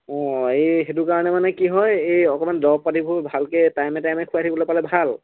অ এই সেইটো কাৰণে মানে কি হয় এই অকণমান দৰৱ পাতিবোৰ ভালকৈ টাইমে টাইমে খুৱাই থাকিবলৈ পালে ভাল